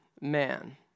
man